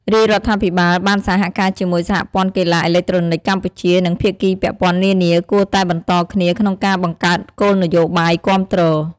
រាជរដ្ឋាភិបាល បានសហការជាមួយសហព័ន្ធកីឡាអេឡិចត្រូនិកកម្ពុជា និងភាគីពាក់ព័ន្ធនានាគួរតែបន្តគ្នាក្នុងការបង្កើតគោលនយោបាយគាំទ្រ។